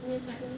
right